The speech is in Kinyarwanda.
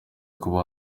kuba